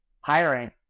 hiring